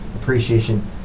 appreciation